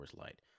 Light